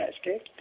okay